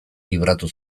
libratu